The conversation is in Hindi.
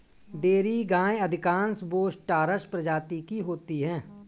डेयरी गायें अधिकांश बोस टॉरस प्रजाति की होती हैं